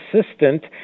assistant